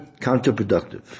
counterproductive